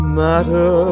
matter